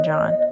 John